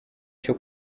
cyo